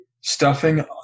stuffing